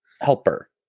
helper